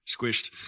Squished